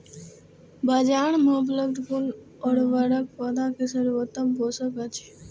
बाजार में उपलब्ध कुन उर्वरक पौधा के सर्वोत्तम पोषक अछि?